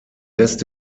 lässt